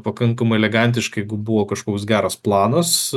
pakankamai elegantiškai jeigu buvo kažkoks geras planas